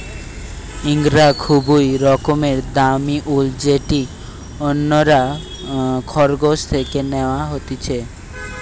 ইঙ্গরা খুবই রকমের দামি উল যেটি অন্যরা খরগোশ থেকে ন্যাওয়া হতিছে